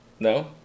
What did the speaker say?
No